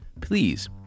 please